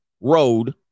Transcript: Road